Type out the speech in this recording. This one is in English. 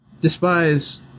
despise